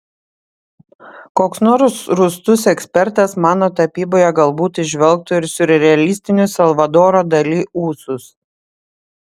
koks nors rūstus ekspertas mano tapyboje galbūt įžvelgtų ir siurrealistinius salvadoro dali ūsus